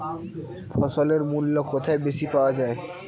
ফসলের মূল্য কোথায় বেশি পাওয়া যায়?